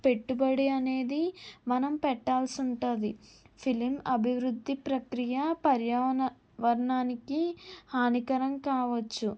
పెట్టుబడి అనేది మనం పెట్టాల్సి ఉంటుంది ఫిలిం అభివృద్ధి ప్రక్రియ పర్యావరణానికి హానికరం కావచ్చు